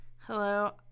Hello